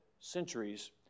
centuries